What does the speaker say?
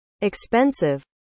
expensive